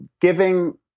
giving –